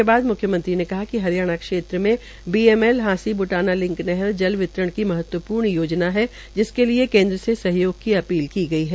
म्ख्यमंत्री ने कहा कि हरियाणा क्षेत्र में B M L Hansi Butana link नहर जल वितरण की महत्वपूर्ण परियोजना है जिसके केंद्र से सहयोग की अपील की है